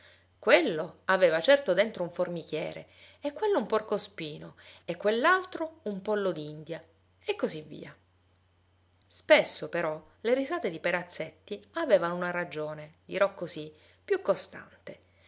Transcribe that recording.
quello aveva certo dentro un formichiere e quello un porcospino e quell'altro un pollo d'india e così via spesso però le risate di perazzetti avevano una ragione dirò così più costante